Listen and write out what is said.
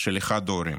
של אחד מההורים.